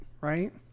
right